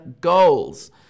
goals